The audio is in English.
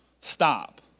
stop